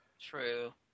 True